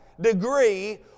degree